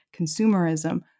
consumerism